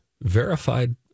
verified